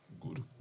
good